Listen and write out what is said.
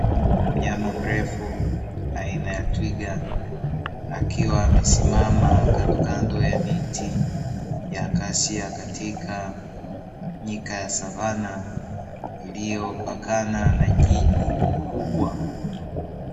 Mnyama mrefu aina ya twiga akiwa amesimama kandokando ya miti ya kasia katika nyika ya savana, iliyopakana na jiji kubwa.